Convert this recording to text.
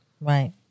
right